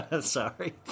Sorry